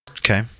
Okay